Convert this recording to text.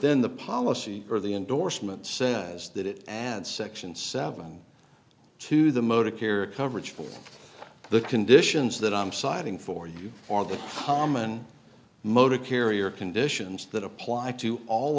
then the policy or the endorsement says that it adds section seven to the motor care coverage for the conditions that i'm citing for you or the common motor carrier conditions that apply to all